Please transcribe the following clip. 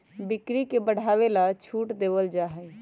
बिक्री के बढ़ावे ला छूट देवल जाहई